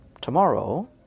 tomorrow